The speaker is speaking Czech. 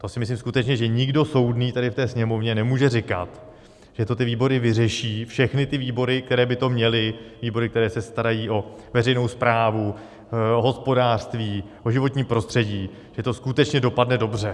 To si myslím, že skutečně nikdo soudný tady v té Sněmovně nemůže říkat, že to ty výbory vyřeší, všechny ty výbory, které by to měly, výbory, které se starají o veřejnou správu, hospodářství, životní prostředí, že to skutečně dopadne dobře.